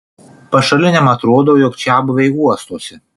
pašaliniam atrodo jog čiabuviai uostosi